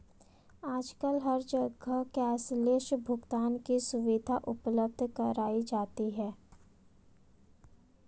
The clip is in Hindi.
आजकल हर एक जगह कैश लैस भुगतान की सुविधा उपलब्ध कराई जाती है